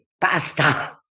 Pasta